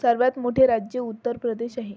सर्वात मोठे राज्य उत्तरप्रदेश आहे